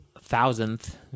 thousandth